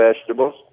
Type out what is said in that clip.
vegetables